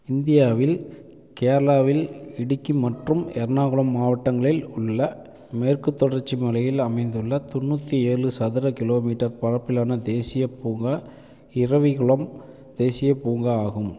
இந்தியாவில் கேரளாவில் இடுக்கி மற்றும் எர்ணாகுளம் மாவட்டங்களில் உள்ள மேற்குத் தொடர்ச்சி மலையில் அமைந்துள்ள தொண்ணூற்றி ஏழு சதுர கிலோமீட்டர் பரப்பிலான தேசியப் பூங்கா இரவிகுளம் தேசியப் பூங்கா ஆகும்